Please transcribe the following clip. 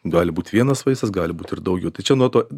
gali būt vienas vaistas gali būt ir daugiau tai čia nuo to